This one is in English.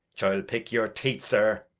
chill pick your teeth, zir.